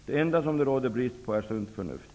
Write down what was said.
Det enda som det råder brist på är sunt förnuft.